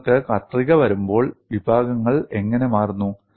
നിങ്ങൾക്ക് കത്രിക വരുമ്പോൾ വിഭാഗങ്ങൾ എങ്ങനെ മാറുന്നു